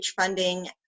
funding